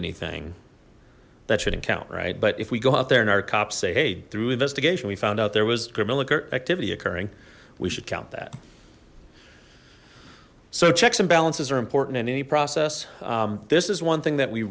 anything that shouldn't count right but if we go out there and our cops say hey through investigation we found out there was criminal activity occurring we should count that so checks and balances are important in any process this is one thing that we